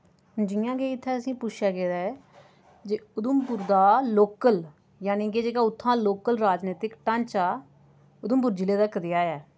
जि'यां के इत्थै असें ई पुच्छेआ गेदा ऐ जे उधमपुर दा लोकल जानी के जेह्का उत्थां लोकल राजनीतिक ढांचा ऐ उधमपुर जि'ले दा कनेहा ऐ